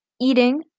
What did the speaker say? eating